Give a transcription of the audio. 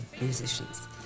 musicians